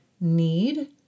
need